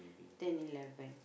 ten eleven